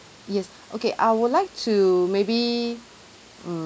yes okay I would like to maybe